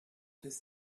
his